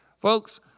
Folks